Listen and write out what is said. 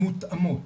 מותאמות.